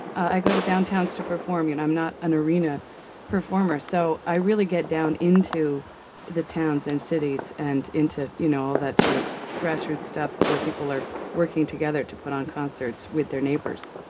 i go to downtowns to perform, you know i'm not an arena performer so i really get down into the towns and cities and into you know all that sort of grassroots stuff where people are working together to put on concerts with their neighbors.